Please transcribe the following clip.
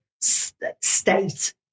state